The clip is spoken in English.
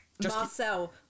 Marcel